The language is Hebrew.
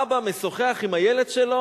אבא משוחח עם הילד שלו,